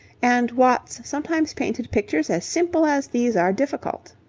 and watts sometimes painted pictures as simple as these are difficult.